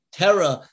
terror